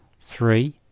Three